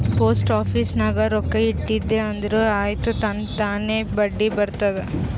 post office ನಾಗ್ ರೊಕ್ಕಾ ಇಟ್ಟಿದಿ ಅಂದುರ್ ಆಯ್ತ್ ತನ್ತಾನೇ ಬಡ್ಡಿ ಬರ್ತುದ್